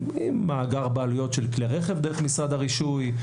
מאגר בעלויות של כלי רכב דרך משרד הרישוי,